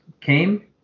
came